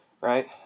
right